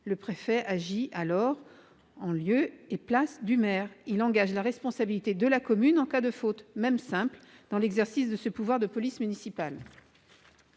Le préfet agit alors en lieu et place du maire, et il engage la responsabilité de la commune en cas de faute, même simple, dans l'exercice de ce pouvoir de police municipale.